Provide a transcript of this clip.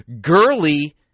girly